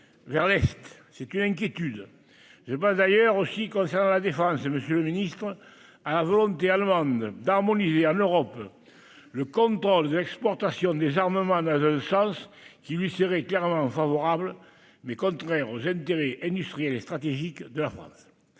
vers l'Est ; c'est une inquiétude. Je pense d'ailleurs aussi, s'agissant de la défense, monsieur le ministre, à la volonté allemande d'harmoniser en Europe le contrôle de l'exportation des armements dans un sens qui lui serait clairement favorable, mais qui serait contraire aux intérêts industriels et stratégiques de la France.